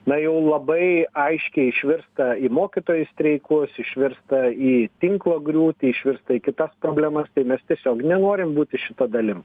na jau labai aiškiai išvirsta į mokytojų streikus išvirsta į tinklo griūtį išvirsta į kitas problemas tai mes tiesiog nenorim būti šito dalim